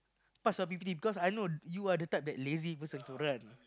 pass I_P_P_T because I know you are the type that lazy person to run